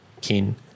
kin